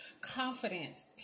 confidence